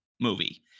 movie